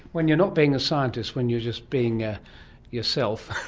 when you're not being a scientist, when you're just being ah yourself